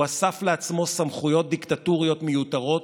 הוא אסף לעצמו סמכויות דיקטטוריות מיותרות,